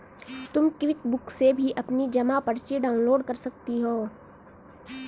तुम क्विकबुक से भी अपनी जमा पर्ची डाउनलोड कर सकती हो